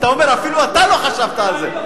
אתה אומר, אפילו אתה לא חשבת על זה.